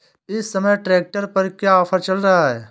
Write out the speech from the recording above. इस समय ट्रैक्टर पर क्या ऑफर चल रहा है?